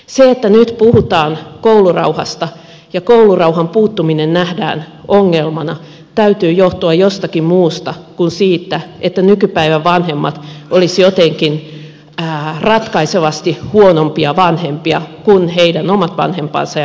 sen että nyt puhutaan koulurauhasta ja koulurauhan puuttuminen nähdään ongelmana täytyy johtua jostakin muusta kuin siitä että nykypäivän vanhemmat olisivat jotenkin ratkaisevasti huonompia vanhempia kuin heidän omat vanhempansa ja isovanhempansa